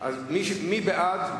מי שמצביע בעד,